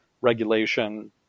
regulation